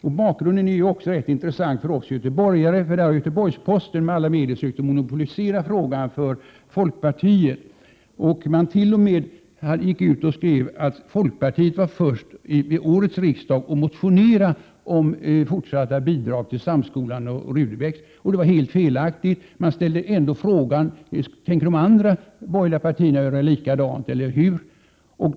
Bakgrunden till denna fråga är också ganska intressant för oss göteborgare eftersom Göteborgs-Posten med alla medel har försökt monopolisera frågan till förmån för folkpartiet. Man gick t.o.m. ut och sade att folkpartiet var först med att vid årets riksmöte motionera för fortsatta bidrag till Samskolan och Sigrid Rudebecks gymnasium. Detta var helt felaktigt. Man ställde ändå frågan om de andra borgerliga partierna tänkte göra likadant.